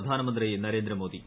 പ്രധാനമന്ത്രി നരേന്ദ്രമോദി